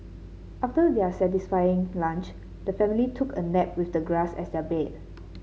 after their satisfying lunch the family took a nap with the grass as their bed